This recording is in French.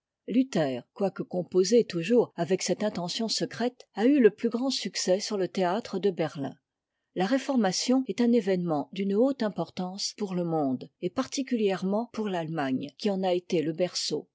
luther quoique composé toujours avec cette intention secrète a eu le plus grand succès sur le théâtre de berlin la réformation est un événement d'une haute importance pour le monde et particulièrement pour l'allemagne qui en a été le berceau